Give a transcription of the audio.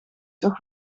toch